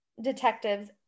detectives